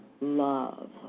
love